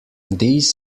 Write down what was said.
these